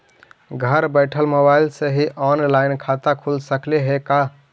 घर बैठल मोबाईल से ही औनलाइन खाता खुल सकले हे का?